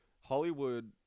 Hollywood